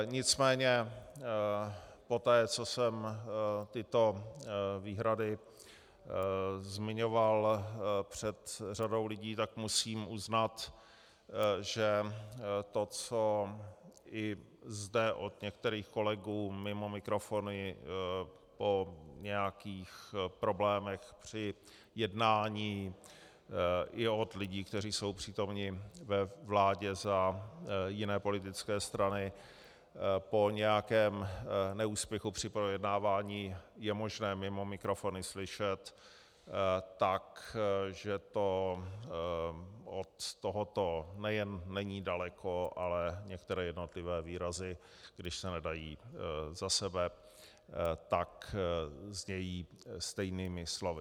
Nicméně poté co jsem tyto výhrady zmiňoval před řadou lidí, tak musím uznat, že to, co i zde od některých kolegů mimo mikrofony po nějakých problémech při jednání, i od lidí, kteří jsou přítomni ve vládě za jiné politické strany, po nějakém neúspěchu při projednávání je možné mimo mikrofony slyšet, tak že to od tohoto nejen není daleko, ale některé jednotlivé výrazy, když se nedají za sebe, tak znějí stejnými slovy.